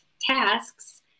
tasks